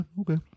okay